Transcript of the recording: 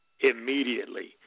immediately